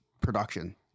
production